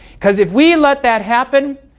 because if we let that happen,